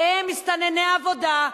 הם מסתנני עבודה,